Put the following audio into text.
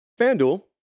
FanDuel